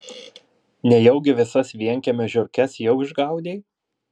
nejaugi visas vienkiemio žiurkes jau išgaudei